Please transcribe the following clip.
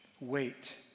Wait